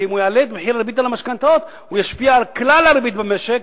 כי אם הוא יעלה את הריבית על המשכנתאות הוא ישפיע על כלל הריבית במשק,